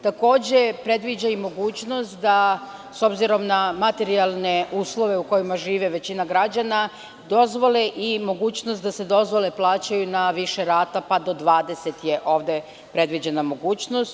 Takođe, predviđa i mogućnost da, s obzirom na materijalne uslove u kojima živi većina građana, dozvole i mogućnost da se dozvole plaćaju na više rata, pa je do 20 ovde predviđena mogućnost.